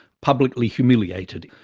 publicly humiliated.